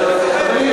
ואם הייתי,